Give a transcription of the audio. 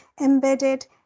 embedded